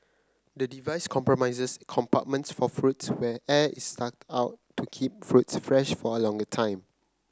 the device comprises compartments for fruits where air is sucked out to keep fruits fresh for a longer time